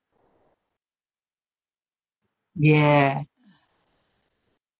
yeah